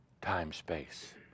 time-space